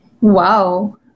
Wow